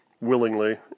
willingly